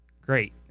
great